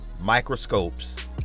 Microscopes